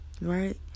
right